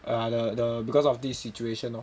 err the the because of this situation orh